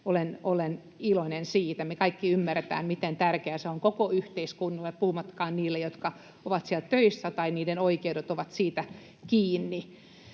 olen iloinen siitä. Me kaikki ymmärretään, miten tärkeää se on koko yhteiskunnalle, puhumattakaan niistä, jotka ovat siellä töissä tai joiden oikeudet ovat siitä kiinni.